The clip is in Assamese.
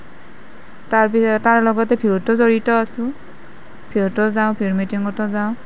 তাৰ পি তাৰ লগতে ভি অ'তো জড়িত আছো ভি অ'তো যাওঁ ভি অ'ৰ মিটিঙতো যাওঁ